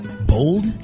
Bold